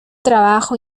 trabajo